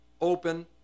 open